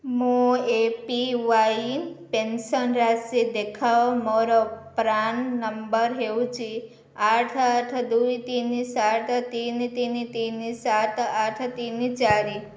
ମୋ A P Y pension ରାଶି ଦେଖାଅ ମୋର ପ୍ରାନ୍ ନମ୍ବର ହେଉଛି ଆଠ ଆଠ ଦୁଇ ତିନି ସାତ ତିନି ତିନି ତିନି ସାତ ଆଠ ତିନି ଚାରି